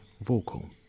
vocal